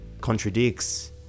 contradicts